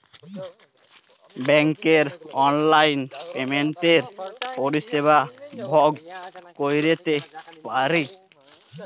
ব্যাংকের অললাইল পেমেল্টের পরিষেবা ভগ ক্যইরতে পারি